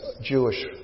Jewish